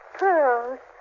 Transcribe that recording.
pearls